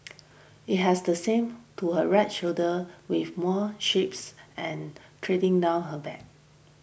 it has the same to her right shoulder with more shapes and trading down her back